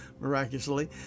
miraculously